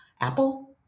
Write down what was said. Apple